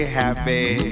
happy